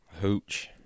Hooch